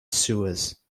sewers